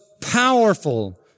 powerful